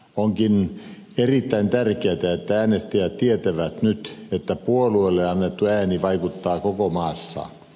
onkin erittäin tärkeätä että äänestäjät tietävät nyt että puolueelle annettu ääni vaikuttaa koko maassa